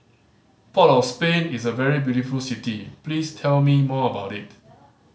port of Spain is a very beautiful city please tell me more about it